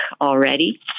already